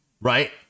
right